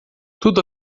tudo